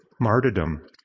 martyrdom